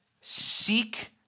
seek